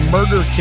Murder